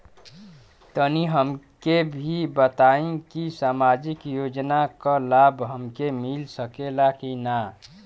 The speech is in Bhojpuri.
तनि हमके इ बताईं की सामाजिक योजना क लाभ हमके मिल सकेला की ना?